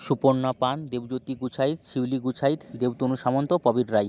Suparna Pan Debdyuti Guchhait Shiuli Guchhait Debtanu Samanta Prabir Rai